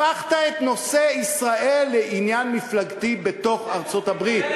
הפכת את נושא ישראל לעניין מפלגתי בתוך ארצות-הברית.